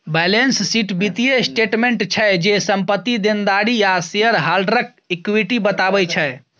balance sheet बित्तीय statement छै जे, संपत्ति, देनदारी आ शेयर हॉल्डरक इक्विटी बताबै छै